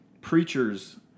preachers